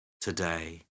today